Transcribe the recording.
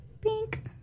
Pink